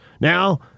Now